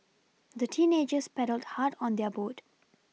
the teenagers paddled hard on their boat